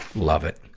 love it.